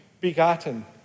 begotten